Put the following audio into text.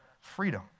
freedom